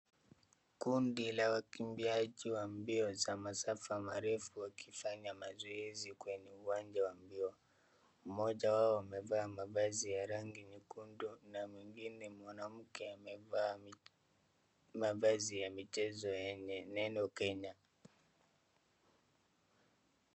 Kundi la wakimbiaji wa mbio za masafa marefu wakifanya mazoezi kwenye uwanja wa mbio. mmoja wao amevaa mavazi ya rangi nyekundu na mwingine mwanamke amevaa mavazi ya michezo yenye neno Kenya.